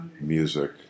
music